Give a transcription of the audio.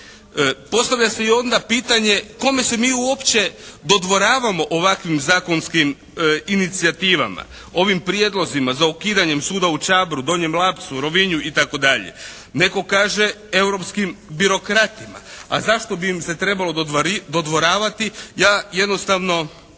Postavlja se i onda pitanje kome se mi uopće dodvoravamo ovakvim zakonskim inicijativama. Ovim prijedlozima za ukidanjem suda u Čabru, Donjem Lapcu, Rovinju i tako dalje. Netko kaže europskim birokratima. A zašto bi im se trebalo dodvoravati ja jednostavno